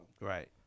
right